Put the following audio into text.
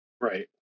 Right